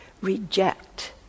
reject